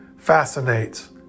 fascinates